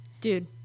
Dude